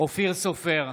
אופיר סופר,